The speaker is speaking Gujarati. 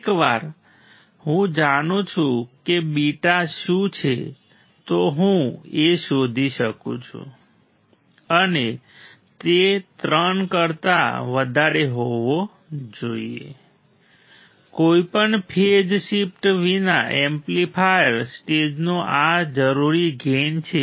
એકવાર હું જાણું છું કે β શું છે તો હું A શોધી શકું છું અને તે 3 કરતા વધારે હોવો જોઈએ કોઈપણ ફેઝ શિફ્ટ વિના એમ્પ્લીફાયર સ્ટેજનો આ જરૂરી ગેઈન છે